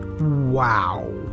Wow